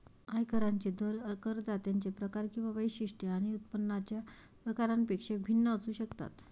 आयकरांचे दर करदात्यांचे प्रकार किंवा वैशिष्ट्ये आणि उत्पन्नाच्या प्रकारापेक्षा भिन्न असू शकतात